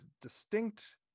distinct